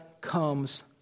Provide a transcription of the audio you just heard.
comes